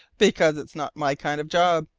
because it's not my kind of job,